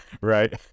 Right